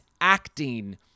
acting